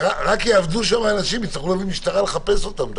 ילכו לאיבוד שם אנשים ויצטרכו להביא אנשים לחפש אותם.